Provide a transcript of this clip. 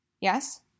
Yes